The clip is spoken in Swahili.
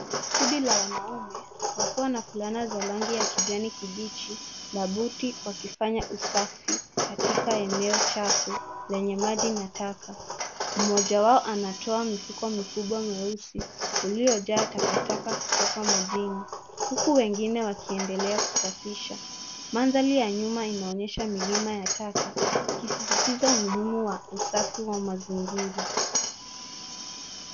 Kundi la wanaume wakiwa na fulana za rangi ya kijani kibichi na buti wakifanya usafi katika eneo chafu yenye maji na taka. Mmoja wao anatoa mfuko mkubwa mweusi uliojaa takataka kutoka majini huku wengine wakiendelea kusafisha. Mandhari ya nyuma inaonyesha milima ya taka ikisisitiza umuhimu wa usafi wa mazingira.